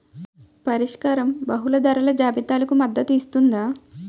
పరిష్కారం బహుళ ధరల జాబితాలకు మద్దతు ఇస్తుందా?